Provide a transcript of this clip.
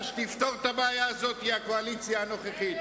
שתפתור את הבעיה הזאת היא הקואליציה הנוכחית.